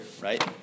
right